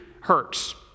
hurts